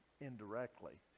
indirectly